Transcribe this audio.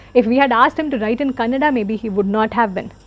if we had asked him to write in kannada maybe he would not have been,